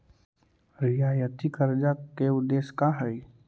रियायती कर्जा के उदेश्य का हई?